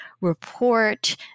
report